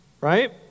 right